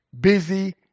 busy